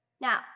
Now